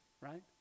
right